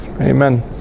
Amen